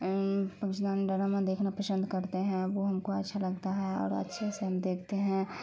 drama دیکھنا پشند کرتے ہیں وہ ہم کو اچھا لگتا ہے اور اچھے سے ہم دیکھتے ہیں